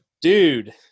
Dude